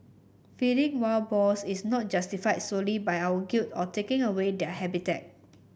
feeding wild boars is not justified solely by our guilt of taking away their habitat